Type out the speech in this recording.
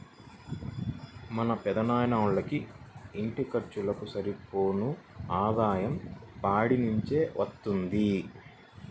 మా పెదనాన్నోళ్ళకి ఇంటి ఖర్చులకు సరిపోను ఆదాయం పాడి నుంచే వత్తది